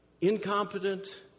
incompetent